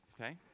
okay